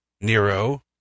Nero